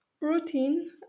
routine